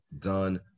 done